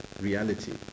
reality